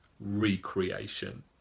recreation